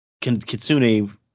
Kitsune